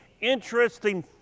interesting